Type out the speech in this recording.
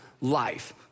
life